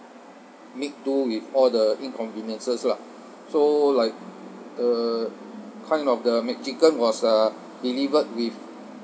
make do with all the inconveniences lah so like uh kind of the mcchicken was uh delivered with